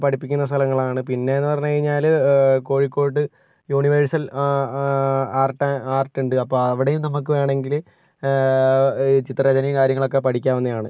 പഠിപ്പിക്കുന്ന സ്ഥലങ്ങളാണ് പിന്നെയെന്നു പറഞ്ഞുകഴിഞ്ഞാൽ കോഴിക്കോട് യൂണിവേഴ്സൽ ആർട്ട് ആൻഡ് ആർട്ടുണ്ട് അപ്പോൾ അവിടെയും നമുക്ക് വേണമെങ്കിൽ ചിത്രരചനയും കാര്യങ്ങളൊക്കെ പഠിക്കാവുന്നതാണ്